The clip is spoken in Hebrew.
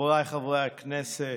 חבריי חברי הכנסת,